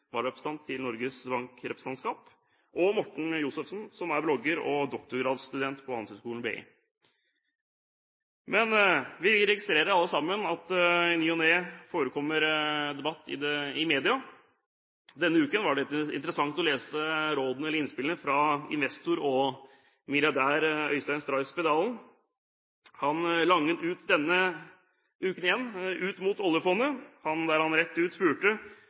vararepresentant til Norges Banks representantskap, og Morten Josefsen, som er blogger og doktorgradsstudent på Handelshøyskolen BI. Vi registrerer alle sammen at det i ny og ne forekommer debatt i media. Denne uken var det interessant å lese innspillene fra investor og milliardær Øystein Stray Spetalen. Han langet denne uken igjen ut mot oljefondet og spurte rett ut: